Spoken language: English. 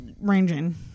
ranging